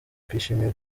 twishimiye